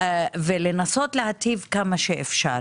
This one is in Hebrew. ולנסות להיטיב כמה שאפשר.